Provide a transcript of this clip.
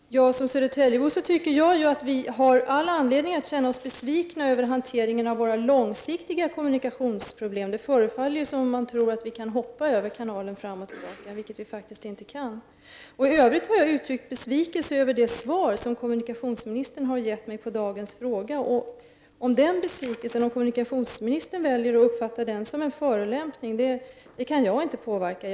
Fru talman! Som södertäljebo tycker jag att vi i Södertälje har all anledning att känna oss besvikna över hanteringen av våra långsiktiga kommunikationsproblem. Det förefaller ju som om kommunikationsministern tror att vi kan hoppa över kanalen fram och tillbaka, vilket vi faktiskt inte kan. I övrigt har jag uttryckt besvikelse över det svar som kommunikationsministern har gett mig på dagens fråga. Att kommunikationsministern väljer att uppfatta denna besvikelse som en förolämpning kan jag inte påverka.